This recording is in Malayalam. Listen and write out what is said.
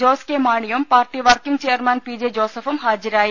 ജോസ് കെ മാണിയും party working chairman P J ജോസഫും ഹാജരായി